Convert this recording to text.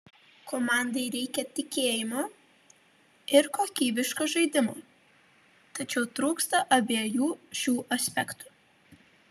komandai reikia tikėjimo ir kokybiško žaidimo tačiau trūksta abiejų šių aspektų